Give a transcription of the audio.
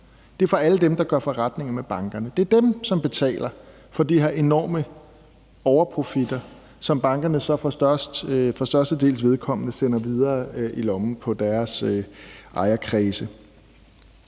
det er fra alle dem, der gør forretning med bankerne. Det er dem, som betaler for alle de her enorme overprofitter, som bankerne så for størstedelens vedkommende sender videre i lommen på deres ejerkredse.